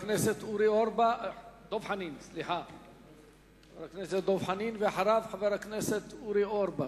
חבר הכנסת דב חנין, ואחריו, חבר הכנסת אורי אורבך.